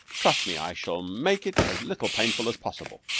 trust me, i shall make it as little painful as possible.